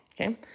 okay